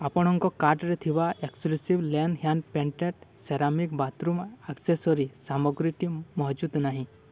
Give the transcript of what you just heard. ଆପଣଙ୍କ କାର୍ଟ୍ରେ ଥିବା exclusive lane hand painted ceramic bathroom accessory ସାମଗ୍ରୀଟି ମହଜୁଦ ନାହିଁ